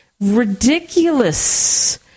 ridiculous